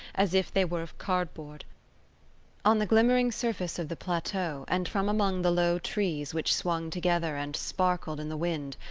as if they were of cardboard on the glimmering surface of the plateau, and from among the low trees which swung together and sparkled in the wind,